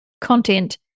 content